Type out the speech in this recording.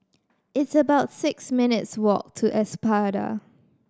it's about six minutes' walk to Espada